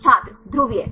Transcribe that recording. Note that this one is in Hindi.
छात्र ध्रुवीय